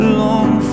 long